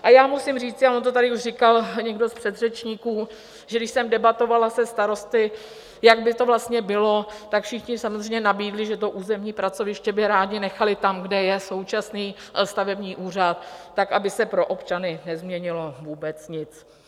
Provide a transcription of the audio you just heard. A já musím říci a on to tady už říkal někdo z předřečníků že když jsem debatovala se starosty, jak by to vlastně bylo, tak všichni samozřejmě nabídli, že územní pracoviště by rádi nechali tam, kde je současný stavební úřad, tak, aby se pro občany nezměnilo vůbec nic.